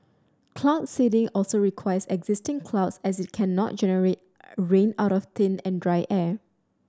cloud seeding also requires existing clouds as it cannot generate rain out of thin and dry air